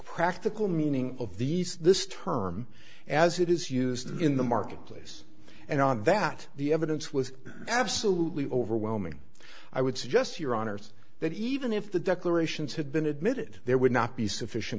practical meaning of these this term as it is used in the marketplace and on that the evidence was absolutely overwhelming i would suggest your honour's that even if the declarations had been admitted there would not be sufficient